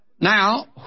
Now